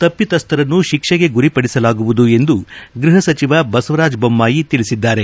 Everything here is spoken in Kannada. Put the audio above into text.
ತಪ್ಪತಸ್ಥರನ್ನು ಶಿಕ್ಷೆಗೆ ಗುರಿಪಡಿಸಲಾಗುವುದು ಎಂದು ಗೃಪ ಸಚಿವ ಬಸವರಾಜ ಬೊಮ್ನಾಯಿ ತಿಳಿಸಿದ್ದಾರೆ